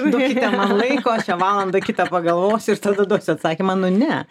duokite man laiko čia valandą kitą pagalvosiu ir tada duosiu atsakymą nu ne